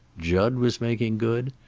jud was making good.